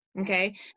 okay